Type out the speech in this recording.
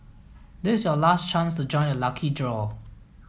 this your last chance to join the lucky draw